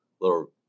little